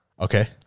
Okay